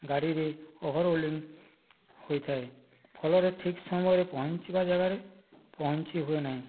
ଗାଡ଼ିରେ ଓଭରଲୋଡିଂ ହୋଇଥାଏ ଫଳରେ ଠିକ୍ ସମୟରେ ପହଞ୍ଚିବା ଜାଗାରେ ପହଞ୍ଚି ହୁଏନାହିଁ